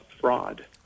fraud